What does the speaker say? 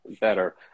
better